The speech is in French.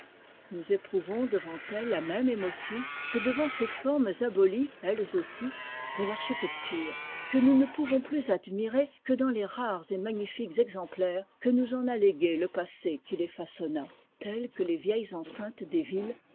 nous éprouvons devant elles la même émotion que devant ces formes abolies elles aussi de l'architecture que nous ne pouvons plus admirer que dans les rares et magnifiques exemplaires que nous en a légués le passé qui les façonna telles que les vieilles enceintes des villes